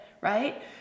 right